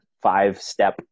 five-step